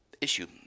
issue